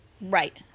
Right